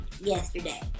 yesterday